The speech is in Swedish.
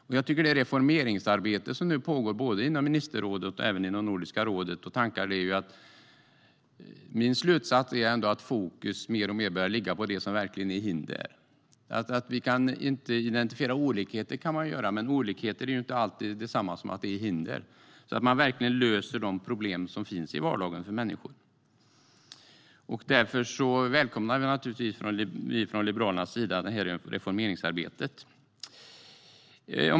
Gällande det reformeringsarbete som nu pågår både inom ministerrådet och Nordiska rådet är min slutsats att fokus mer och mer bör ligga på det som verkligen är hinder. Man kan förstås identifiera olikheter, men olikheter är inte alltid detsamma som hinder. Vi ska lösa de problem som finns i vardagen för människor, och därför välkomnar vi från Liberalernas sida detta reformeringsarbete.